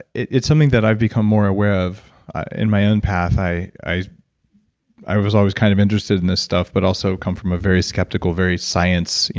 something that i've become more aware of in my own path. i i i was always kind of interested in this stuff, but also come from a very skeptical, very science,